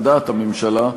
על דעת הממשלה,